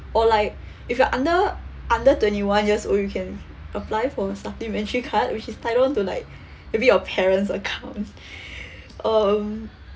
or like if you're under under twenty one years old you can apply for supplementary card which is tied on to like maybe your parent's account um